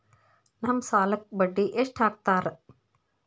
ನಮ್ ಸಾಲಕ್ ಬಡ್ಡಿ ಎಷ್ಟು ಹಾಕ್ತಾರ?